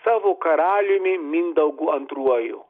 savo karaliumi mindaugu antruoju